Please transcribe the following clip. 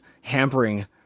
hampering